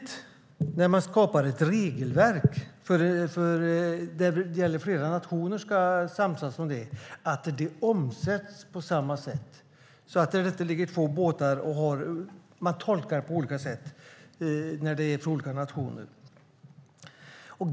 När man skapar ett regelverk som flera nationer ska samsas om är det viktigt att det omsätts, så att inte båtar från två olika nationer som ligger ute tolkar det på olika sätt.